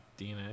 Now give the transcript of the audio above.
DNA